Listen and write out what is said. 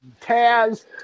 taz